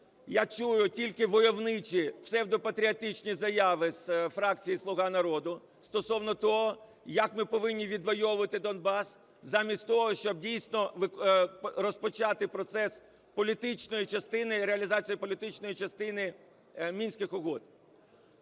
я чую тільки войовничі, псевдопатріотичні заяви з фракції "Слуга народу" стосовно того, як ми повинні відвойовувати Донбас, замість того, щоб дійсно розпочати процес політичної частини, реалізації політичної частини Мінських угод.